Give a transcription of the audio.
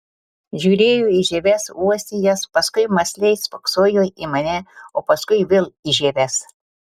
žiūrėjo į žieves uostė jas paskui mąsliai spoksojo į mane o paskui vėl į žieves